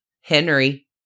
Henry